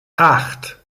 acht